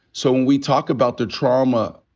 so when we talk about the trauma,